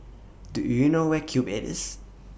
Do YOU know Where Cube eight IS